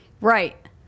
Right